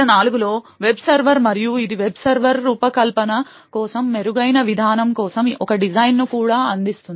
2004 లో web server మరియు ఇది వెబ్ సర్వర్ రూపకల్పన కోసం మెరుగైన విధానం కోసం ఒక డిజైన్ను కూడా అందిస్తుంది